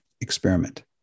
experiment